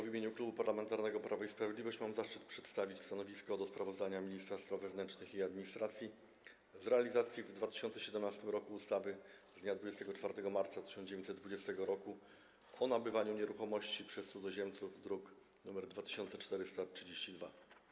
W imieniu Klubu Parlamentarnego Prawo i Sprawiedliwość mam zaszczyt przedstawić stanowisko odnośnie do sprawozdania ministra spraw wewnętrznych i administracji z realizacji w 2017 r. ustawy z dnia 24 marca 1920 r. o nabywaniu nieruchomości przez cudzoziemców, druk nr 2432.